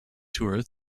tour